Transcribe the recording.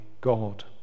God